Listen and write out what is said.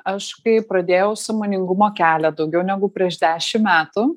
aš kai pradėjau sąmoningumo kelią daugiau negu prieš dešim metų